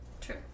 True